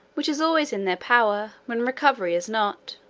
which is always in their power, when recovery is not